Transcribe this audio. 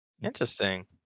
Interesting